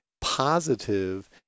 positive